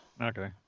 Okay